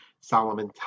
Solomon